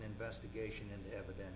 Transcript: investigation and evidence